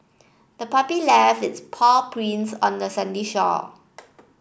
the puppy left its paw prints on the sandy shore